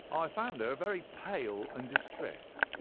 i found her very pale and distressed.